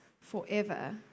forever